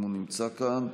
אם הוא נמצא כאן.